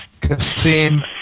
Kasim